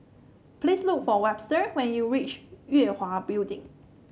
please look for Webster when you reach Yue Hwa Building